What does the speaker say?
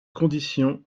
conditions